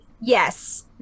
Yes